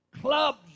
Clubs